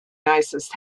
nicest